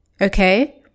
Okay